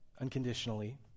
unconditionally